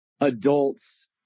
adults